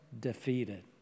defeated